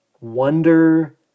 wonder